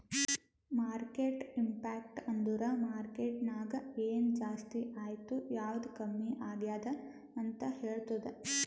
market impact ಅಂದುರ್ market ನಾಗ್ ಎನ್ ಜಾಸ್ತಿ ಆಯ್ತ್ ಯಾವ್ದು ಕಮ್ಮಿ ಆಗ್ಯಾದ್ ಅಂತ್ ಹೇಳ್ತುದ್